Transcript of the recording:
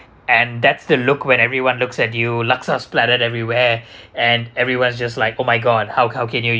and that's the look when everyone looks at you laksa splattered everywhere and everyone's just like oh my god how how can you